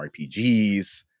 RPGs